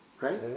Right